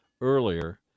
earlier